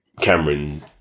Cameron